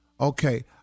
Okay